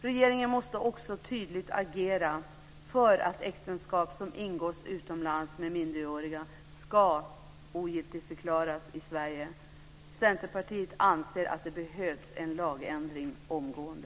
Regeringen måste också tydligt agera för att äktenskap som ingåtts utomlands med minderåriga ska ogiltigförklaras i Sverige. Centerpartiet anser att det behövs en lagändring omgående.